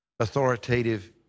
authoritative